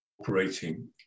operating